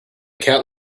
cat